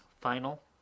final